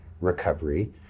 recovery